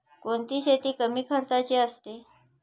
कोणती शेती कमी खर्चाची असते?